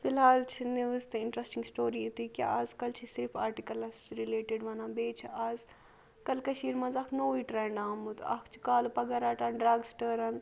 فِلحال چھِ نِوز تہٕ اِنٹرٛسٹِنٛگ سٹوری یُتُے کیاہ آز کَل چھِ صرف آرٹِکَلَس رِلیٹِڈ وَنان بیٚیہِ چھِ اَز کَل کٔشیٖرِ منٛز اَکھ نوٕے ٹرینٛڈ آمُت اَکھ چھُ کالہٕ پگاہ رَٹان ڈرٛگسِٹٲرن